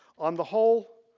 on the whole,